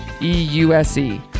E-U-S-E